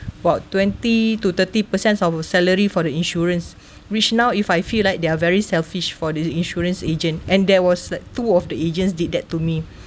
about twenty to thirty percent of our salary for the insurance which now if I feel like they are very selfish for this insurance agent and there was like two of the agents did that to me